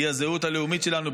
היא הזהות הלאומית שלנו,